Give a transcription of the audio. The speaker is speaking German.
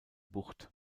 bucht